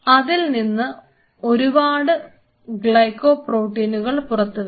അതിൽനിന്ന് ഒരുപാട് ഗ്ലൈക്കോ പ്രോട്ടീനുകൾ പുറത്തു വരും